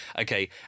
okay